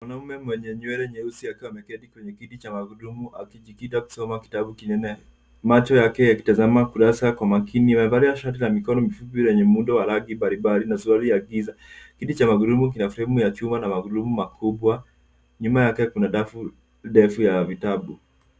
Mwanaume mwenye nywele nyeusi akiwa ameketi kwenye kiti cha magurudumu akijikita kusoma kitabu kingine. Macho yake yakitazama kurasa kwa makini. Amevalia shati la mikono mifupi lenye muundo wa rangi mbalimbali na suruali ya giza. Kiti cha magurudumu kina fremu ya chuma na magurudumu makubwa. Nyuma yake kuna rafu ndefu ya vitabu.